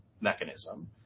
mechanism